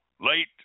Late